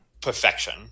perfection